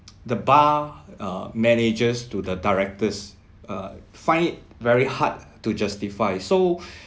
the bar uh managers to the directors uh find it very hard to justify so